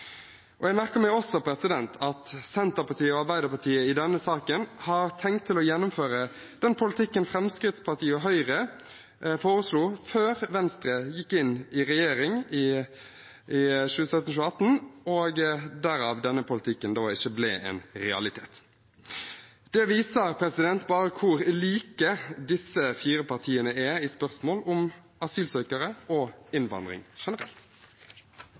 Jeg merker meg også at Senterpartiet og Arbeiderpartiet i denne saken har tenkt til å gjennomføre den politikken Fremskrittspartiet og Høyre foreslo før Venstre gikk inn i regjering, i 2017–2018, og derav ble denne politikken ikke en realitet. Det viser bare hvor like disse fire partiene er i spørsmål om asylsøkere og innvandring generelt.